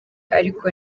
ariko